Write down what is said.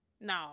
No